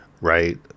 right